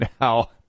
Now